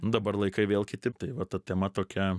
dabar laikai vėl kiti tai va ta tema tokia